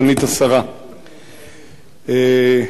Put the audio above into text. יש